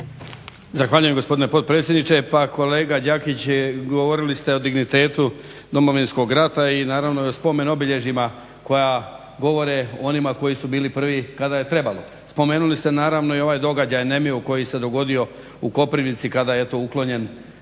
Zahvaljujem gospodine potpredsjedniče. Pa kolega Đakić govorili ste o dignitetu Domovinskog rata i naravno o spomen obilježjima koja govore o onima koji su bili prvi kada je trebalo. Spomenuli ste naravno i ovaj događaj nemio koji se dogodio u Koprivnici kada je eto uklonjen